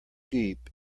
deep